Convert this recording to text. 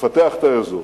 לפתח את האזור,